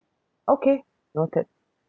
okay noted